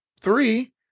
three